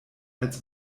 als